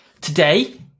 Today